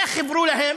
איך חיברו להם,